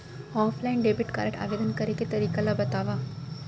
Offline debit card आवेदन करे के तरीका ल बतावव?